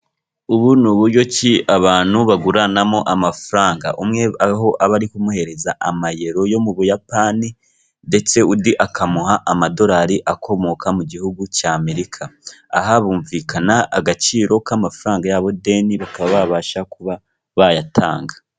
Ubu ni uburyo ki abantu baguranamo amafaranga. Umwe aho aba ari kumuhereza amayero yo mu Buyapani ndetse undi akamuha amadorari akomoka mu gihugu cya Amerika. Aha bumvikana agaciro k'amafaranga yabo deni bakaba babasha kuba bayatanga.